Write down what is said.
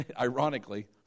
ironically